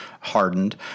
hardened